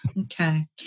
Okay